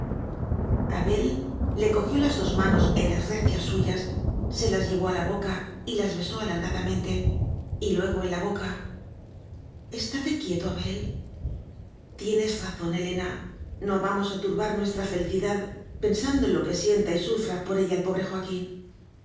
abel le cojió las dos manos en las recias suyas se las llevó a la boca y las besó alar gadamente y luego en la boca estate quieto abel tienes razón helena no vamos a tur r bar nuestra felicidad pensando en lo que sien ta y sufra por ella el pobre joaquín